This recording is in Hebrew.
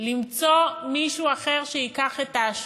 למצוא מישהו אחר שייקח את האשמה.